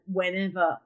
whenever